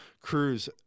crews